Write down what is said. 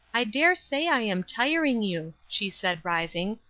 i dare say i am tiring you, she said, rising.